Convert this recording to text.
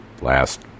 Last